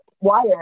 wire